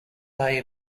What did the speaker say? day